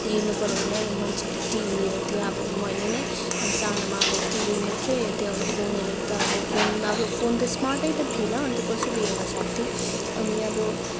हेर्नुपऱ्यो भने मान्छेले अब टिभी हेर्थ्यो अब मैले नै अब सानोमा अब टिभी मात्रै हेर्थेँ अरू फोनहरू त अब फोन अब फोन स्मार्टै त थिएन अन्त कसरी हेर्नुसक्थेँ अनि अब